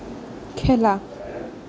খেলা